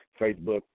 Facebook